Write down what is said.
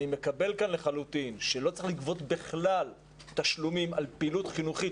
אני מקבל לחלוטין שלא צריך לגבות בכלל תשלומים על פעילות חינוכית,